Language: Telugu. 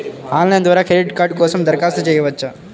ఆన్లైన్ ద్వారా క్రెడిట్ కార్డ్ కోసం దరఖాస్తు చేయవచ్చా?